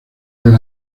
del